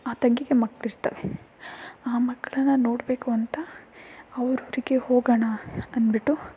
ಆ ತಂಗಿಗೆ ಮಕ್ಳು ಇರ್ತವೆ ಆ ಮಕ್ಕಳನ್ನ ನೋಡಬೇಕು ಅಂತ ಅವ್ರ ಊರಿಗೆ ಹೋಗೋಣ ಅಂದುಬಿಟ್ಟು